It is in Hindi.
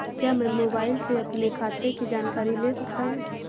क्या मैं मोबाइल से अपने खाते की जानकारी ले सकता हूँ?